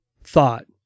thought